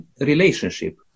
relationship